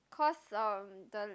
cause uh the